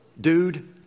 dude